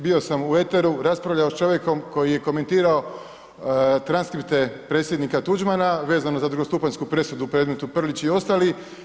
Bio sam u eteru, raspravljao s čovjekom koji je komentirao transkripte predsjednika Tuđmana vezano za drugostupanjsku presudu u predmetu Prlić i ostali.